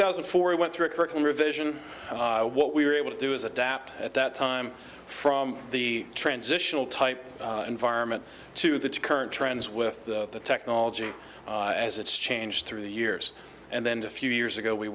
thousand and four we went through a curtain revision what we were able to do is adapt at that time from the transitional type environment to the current trends with the technology as it's changed through the years and then the few years ago we